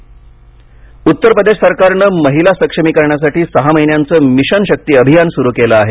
उत्तर प्रदेश उत्तर प्रदेश सरकारनं महिला सक्षमीकरणासाठी सहा महिन्यांचं मिशन शक्ती अभियान सुरू केलं आहे